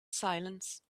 silence